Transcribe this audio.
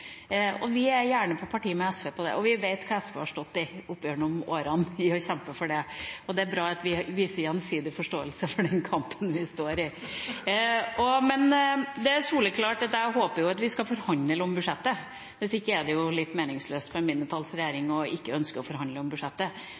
Vi er gjerne på parti med SV for å få til det. Vi vet hva SV har stått i opp gjennom årene, ved å kjempe for det, og det er bra at vi viser gjensidig forståelse for den kampen vi står i. Det er soleklart at jeg håper at vi skal forhandle om budsjettet. Det er jo litt meningsløst for en mindretallsregjering ikke å ønske å forhandle om budsjettet.